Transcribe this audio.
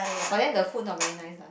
but then the food not very nice lah